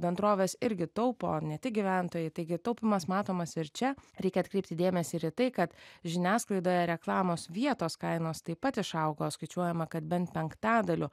bendrovės irgi taupo ne tik gyventojai taigi taupymas matomas ir čia reikia atkreipti dėmesį ir į tai kad žiniasklaidoje reklamos vietos kainos taip pat išaugo skaičiuojama kad bent penktadaliu